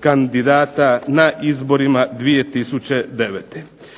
kandidata na izborima 2009.